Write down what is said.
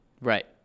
Right